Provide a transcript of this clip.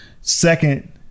second